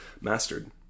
mastered